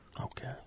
Okay